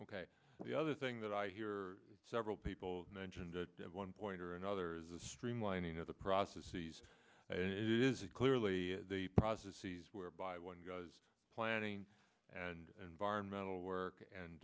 ok the other thing that i hear several people mentioned at one point or another is a streamlining of the process sees it is it clearly the process sees whereby one guy's planning and environmental work and